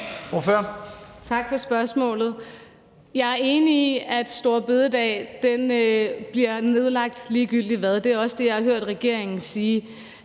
Tak for spørgsmålet. Jeg er enig i, at store bededag bliver nedlagt ligegyldig hvad. Det er også det, jeg har hørt regeringen sige.